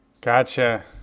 Gotcha